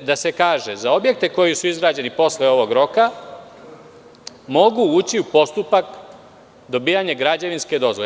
da se kaže - za objekte koji su izgrađeni posle ovog roka da mogu ući u postupak dobijanja građevinske dozvole.